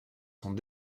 sont